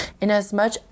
Inasmuch